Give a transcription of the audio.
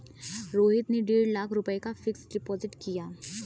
रोहित ने डेढ़ लाख रुपए का फ़िक्स्ड डिपॉज़िट किया